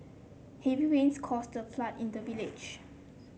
heavy rains caused a flood in the village